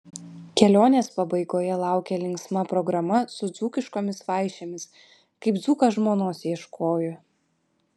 kelionės pabaigoje laukė linksma programa su dzūkiškomis vaišėmis kaip dzūkas žmonos ieškojo